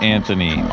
Anthony